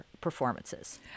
performances